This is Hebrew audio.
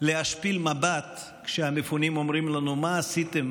להשפיל מבט כשהמפונים אומרים לנו: מה עשיתם?